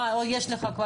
יש לך עוד?